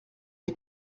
est